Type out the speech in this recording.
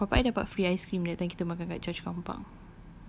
tak tahu papa I dapat free ice cream that time kita makan kat choa chu kang park